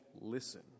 listen